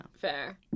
fair